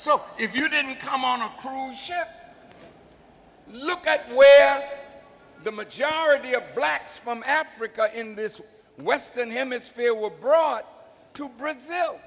so if you didn't come on a cruise ship look at the way the majority of blacks from africa in this western hemisphere were brought to brazil